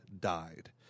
died